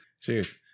Cheers